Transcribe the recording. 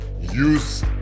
Use